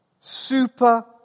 super